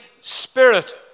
spirit